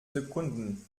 sekunden